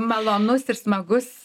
malonus ir smagus